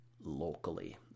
locally